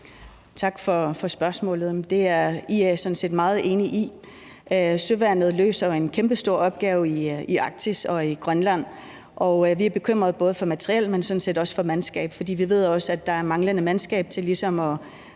Tak for spørgsmålet. Det er IA sådan set meget enig i. Søværnet løser en kæmpestor opgave i Arktis og i Grønland, og vi er bekymrede både for materiel, men sådan set også for mandskab, for vi ved, at der mangler mandskab til